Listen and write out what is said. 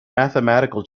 mathematical